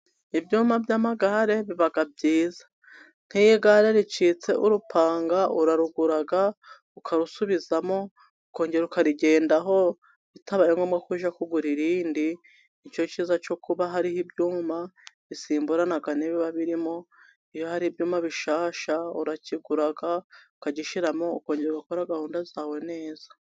Ibyma by'amagare biba byiza. Nk'iyo igare ricitse urupanga urarugura ukarusubizamo, ukongera ukarigendaho bitabaye ngomwako ujya kugura irindi. Nicyo cyiza cyo kuba hariho ibyuma, bisimburana nibiba birimo. Iyo hari ibyuma bishyashya urakigura ukagishyimo ukongera ugakora gahunda zawe neza.